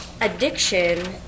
addiction